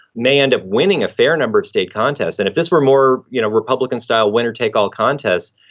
may end up winning a fair number of state contests. and if this were more you know republican style winner-take-all contests,